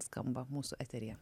skamba mūsų eteryje